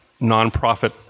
nonprofit